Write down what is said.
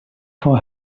for